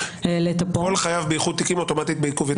כל חייב באיחוד תיקים אוטומטית בעיכוב יציאה?